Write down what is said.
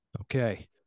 Okay